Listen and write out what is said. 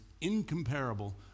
incomparable